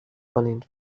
کنین